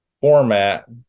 format